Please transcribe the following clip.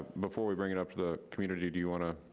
before we bring it up to the community, do you wanna